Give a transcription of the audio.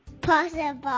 possible